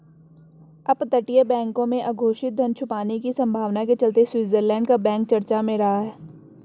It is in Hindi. अपतटीय बैंकों में अघोषित धन छुपाने की संभावना के चलते स्विट्जरलैंड का बैंक चर्चा में रहा